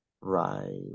Right